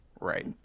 Right